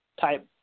type